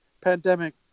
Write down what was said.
pandemic